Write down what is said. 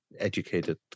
educated